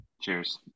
Cheers